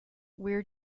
where